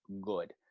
good